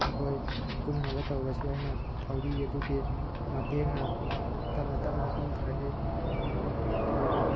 ꯑꯩꯈꯣꯏ ꯀꯨꯝꯅꯕ ꯇꯧꯔꯁꯤ ꯍꯥꯏꯅ ꯊꯧꯔꯤ ꯑꯗꯨꯒꯤ ꯃꯇꯦꯡꯅ ꯇꯞꯅ ꯇꯞꯅ ꯀꯨꯝꯊꯔꯛꯏ ꯑꯗꯨꯒ